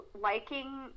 liking